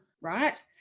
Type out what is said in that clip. right